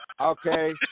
okay